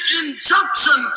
injunction